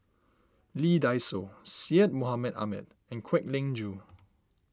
Lee Dai Soh Syed Mohamed Ahmed and Kwek Leng Joo